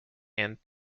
and